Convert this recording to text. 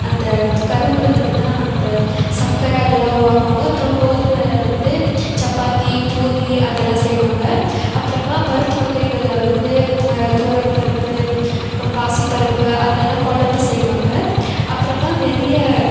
அந்த கரும்புலேருந்து தான் அந்த சர்க்கர அதெல்லாம் உருவாக்குவாங்க அப்புறம் கோதுமையில் வந்து சப்பாத்தி பூரி அதெல்லாம் செய்வாங்க அப்புறமா பருப்பு வகைகளில் வந்து துவரம் பருப்பு அப்புறம் பாசி பருப்பு அதுலல்லாம் குழம்பு செய்வாங்க அப்புறமா நிறைய